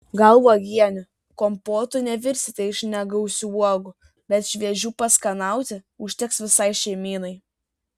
gal uogienių kompotų nevirsite iš negausių uogų bet šviežių paskanauti užteks visai šeimynai